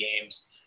games